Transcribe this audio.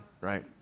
right